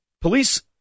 police